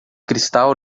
cristal